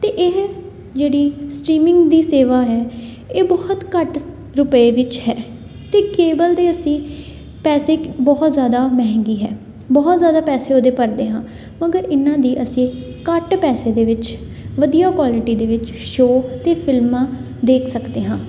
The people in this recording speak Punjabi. ਅਤੇ ਇਹ ਜਿਹੜੀ ਸਟਰੀਮਿੰਗ ਦੀ ਸੇਵਾ ਹੈ ਇਹ ਬਹੁਤ ਘੱਟ ਰੁਪਏ ਵਿੱਚ ਹੈ ਅਤੇ ਕੇਬਲ ਦੇ ਅਸੀਂ ਪੈਸੇ ਬਹੁਤ ਜ਼ਿਆਦਾ ਮਹਿੰਗੀ ਹੈ ਬਹੁਤ ਜ਼ਿਆਦਾ ਪੈਸੇ ਉਹਦੇ ਭਰਦੇ ਹਾਂ ਮਗਰ ਇਹਨਾਂ ਦੀ ਅਸੀਂ ਘੱਟ ਪੈਸੇ ਦੇ ਵਿੱਚ ਵਧੀਆ ਕੁਆਲਿਟੀ ਦੇ ਵਿੱਚ ਸ਼ੋ ਅਤੇ ਫਿਲਮਾਂ ਦੇਖ ਸਕਦੇ ਹਾਂ